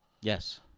Yes